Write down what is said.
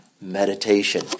meditation